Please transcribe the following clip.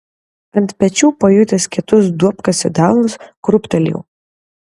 ant pečių pajutęs kietus duobkasio delnus krūptelėjau